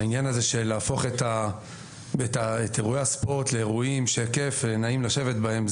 העניין הזה של להפוך את אירועי הספורט לאירועים שכיף ונעים לשבת בהם,